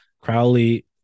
crowley